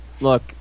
look